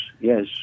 yes